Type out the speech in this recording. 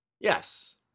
Yes